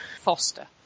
Foster